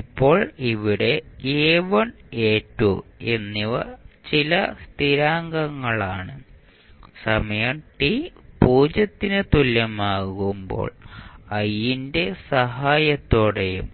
ഇപ്പോൾ ഇവിടെ എന്നിവ ചില സ്ഥിരാങ്കങ്ങളാണ് സമയം t 0 ന് തുല്യമാകുമ്പോൾ i ന്റെ സഹായത്തോടെയും